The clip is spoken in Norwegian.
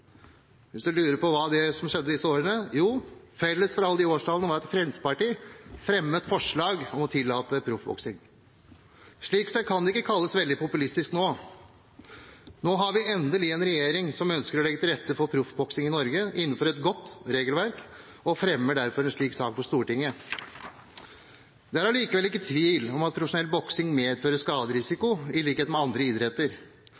Hvis man lurer på hva som skjedde i disse årene, er felles for alle disse årstallene at Fremskrittspartiet fremmet forslag om å tillate proffboksing. Slik sett kan det ikke kalles veldig populistisk nå. Nå har vi endelig en regjering som ønsker å legge til rette for proffboksing i Norge innenfor et godt regelverk, og fremmer derfor en slik sak for Stortinget. Det er allikevel ikke tvil om at profesjonell boksing medfører skaderisiko, i likhet med andre idretter.